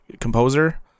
composer